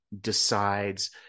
decides